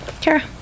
Kara